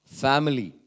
family